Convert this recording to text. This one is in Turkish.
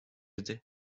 idi